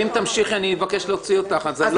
ואם תמשיכי אני אבקש להוציא אותך ואני לא רוצה.